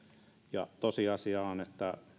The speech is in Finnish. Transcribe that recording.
on kuten tässä on ollut